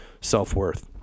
self-worth